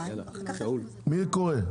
מי קורא?